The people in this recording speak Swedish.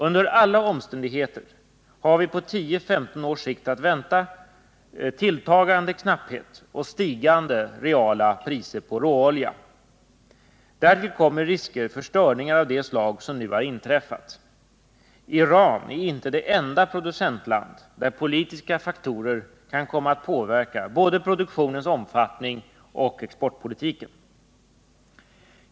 Under alla omständigheter har vi på 10-15 års sikt att vänta oss tilltagande knapphet och stigande reala priser på råolja. Därtill kommer risker för störningar av det slag som nu har inträffat. Iran är inte det enda producentland där politiska faktorer kan komma att påverka både produktionens omfattning och exportpolitiken.